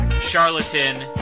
charlatan